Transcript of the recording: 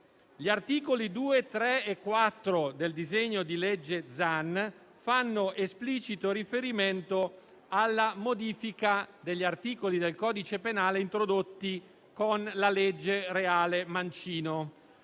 gli articoli 2, 3 e 4 del disegno di legge Zan fanno esplicito riferimento alla modifica degli articoli del codice penale introdotti con la legge Mancino-Reale.